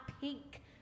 pink